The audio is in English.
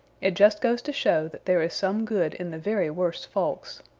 it just goes to show that there is some good in the very worst folks.